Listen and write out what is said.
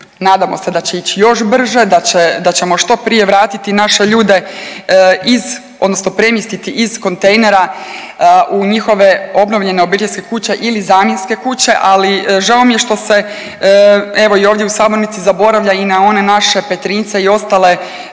Nadamo se da će ići još brže, da ćemo što prije vratiti naše ljude iz, odnosno premjestiti iz kontejnera u njihove obnovljene obiteljske kuće ili zamjenske kuće. Ali žao mi je što se evo i ovdje u sabornici zaboravlja i na one naše Petrinjce i ostale